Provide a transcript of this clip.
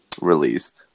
released